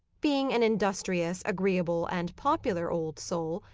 being an industrious, agreeable, and popular old soul,